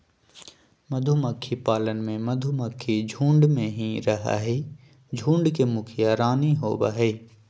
मधुमक्खी पालन में मधुमक्खी झुंड में ही रहअ हई, झुंड के मुखिया रानी होवअ हई